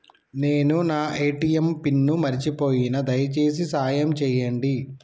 నేను నా ATM pin మర్చిపోయిన, దయచేసి సాయం చేయండి